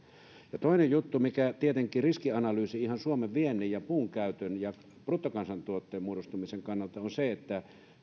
jollakin toinen juttu mikä on tietenkin riski ihan suomen viennin ja puunkäytön ja bruttokansantuotteen muodostumisen kannalta on se että